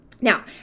Now